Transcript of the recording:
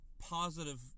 positive